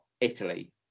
Italy